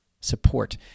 support